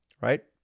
right